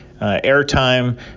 airtime